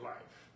Life